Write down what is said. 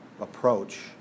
approach